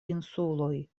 insuloj